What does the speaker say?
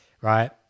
right